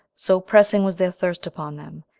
so pressing was their thirst upon them,